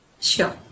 Sure